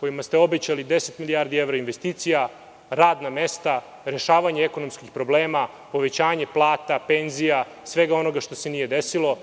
kojima ste obećali deset milijardi evra investicija, radna mesta, rešavanje ekonomskih problema, povećanje plata, penzija, svega onoga što se nije desilo.